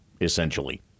essentially